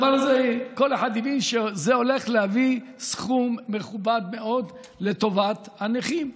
כל אחד הבין שהדבר הזה הולך להביא סכום מכובד מאוד לטובת הנכים.